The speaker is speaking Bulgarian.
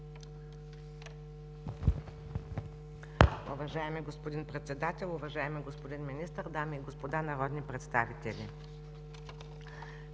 Уважаеми господин Председател, уважаеми господин Министър, дами и господа народни представители!